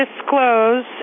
disclose